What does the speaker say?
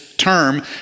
Term